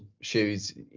shoes